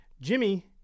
Jimmy